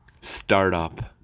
startup